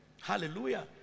Hallelujah